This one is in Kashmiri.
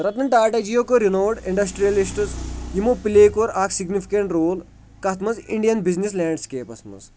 رَتن ٹاٹا جِیو کوٚر رِنوڈ اِنڈَسٹِرٛیلِسٹٕز یِمو پٕلے کوٚر اَکھ سِگنفِکٮ۪نٛٹ رول کَتھ منٛز اِنڈیَن بِزنٮ۪س لینٛڈسکیپَس منٛز